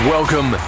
Welcome